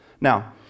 Now